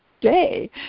day